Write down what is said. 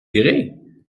virer